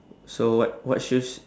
so what what shoes